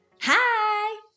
Hi